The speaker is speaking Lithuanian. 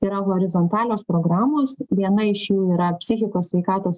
yra horizontalios programos viena iš jų yra psichikos sveikatos